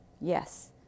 Yes